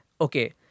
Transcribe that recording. okay